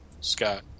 Scott